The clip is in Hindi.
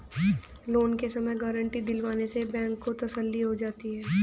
लोन के समय गारंटी दिलवाने से बैंक को तसल्ली हो जाती है